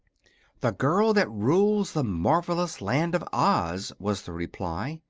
the girl that rules the marvelous land of oz, was the reply.